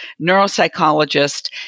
neuropsychologist